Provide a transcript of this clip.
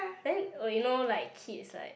then oh you know like kids like